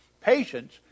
patience